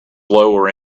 lower